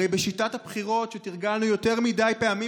הרי בשיטת הבחירות שתרגלנו יותר מדי פעמים